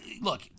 look